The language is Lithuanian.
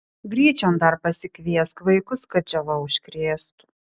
gryčion dar pasikviesk vaikus kad džiova užkrėstų